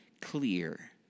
clear